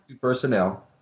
personnel